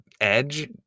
Edge